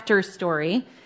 story